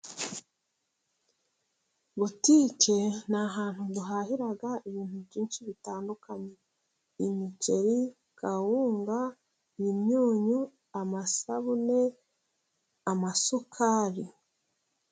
Butike ni ahantu duhahira ibintu byinshi bitandukanye: imiceri, kawunga, imyunyu, amasabune ,amasukari.